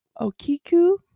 Okiku